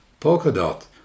Polkadot